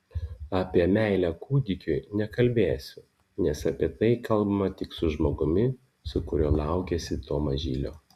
apie meilę kūdikiui nekalbėsiu nes apie tai kalbama tik su žmogumi su kuriuo laukiesi to mažylio